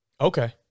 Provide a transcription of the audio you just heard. Okay